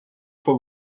for